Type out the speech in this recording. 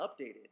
updated